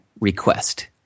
request